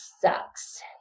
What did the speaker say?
sucks